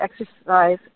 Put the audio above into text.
exercise